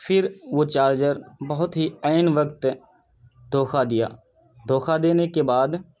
پھر وہ چارجر بہت ہی عین وقت دھوکا دیا دھوکا دینے کے بعد